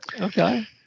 Okay